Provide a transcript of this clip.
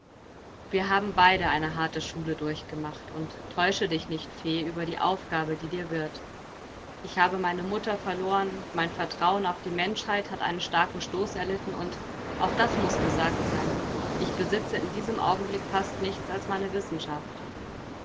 wir haben beide eine harte schule durchgemacht und täusche dich nicht fee über die aufgabe die dir wird ich habe meine mutter verloren mein vertrauen auf die menschheit hat einen starken stoß erlitten und auch das muß gesagt sein ich besitze in diesem augenblick fast nichts als meine wissenschaft